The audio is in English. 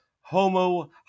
Homo